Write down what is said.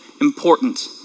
important